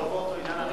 זה לא באותו עניין.